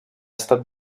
estat